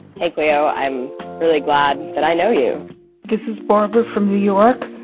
hey, cleo. i'm really glad that i know you this is barbara from new york.